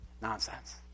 nonsense